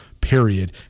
period